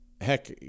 heck